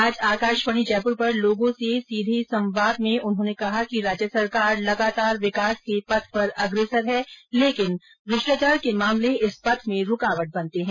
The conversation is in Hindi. आज आकाशवाणी जयपुर पर लोगों से सीधे बातचीत करते हुए उन्होंने कहा कि राज्य सरकार लगातार विकास के पथ पर अग्रसर है लेकिन भ्रष्टाचार के मामले इस पथ में रूकावट बनते है